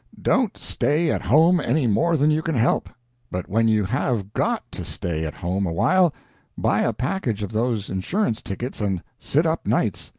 don't stay at home any more than you can help but when you have got to stay at home a while, buy a package of those insurance tickets and sit up nights.